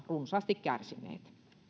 runsaasti kärsineet